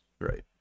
Right